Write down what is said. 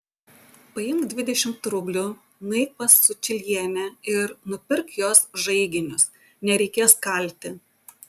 paimk dvidešimt rublių nueik pas sučylienę ir nupirk jos žaiginius nereikės kalti